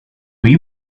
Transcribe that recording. will